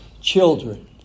children